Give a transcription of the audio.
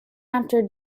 after